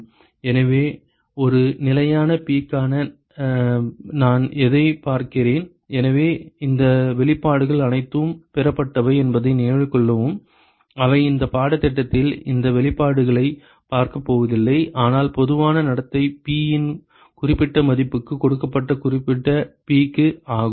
எனவே ஒரு நிலையான P க்காக நான் எதைப் பார்க்கிறேன் எனவே இந்த வெளிப்பாடுகள் அனைத்தும் பெறப்பட்டவை என்பதை நினைவில் கொள்ளவும் அவை இந்த பாடத்திட்டத்தில் இந்த வெளிப்பாடுகளைப் பார்க்கப் போவதில்லை ஆனால் பொதுவான நடத்தை P இன் குறிப்பிட்ட மதிப்புக்கு கொடுக்கப்பட்ட குறிப்பிட்ட P க்கு ஆகும்